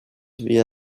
via